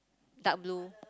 dark blue